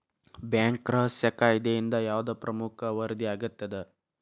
Bank ರಹಸ್ಯ ಕಾಯಿದೆಯಿಂದ ಯಾವ್ದ್ ಪ್ರಮುಖ ವರದಿ ಅಗತ್ಯ ಅದ?